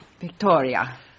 Victoria